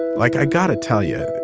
like, i got to tell you,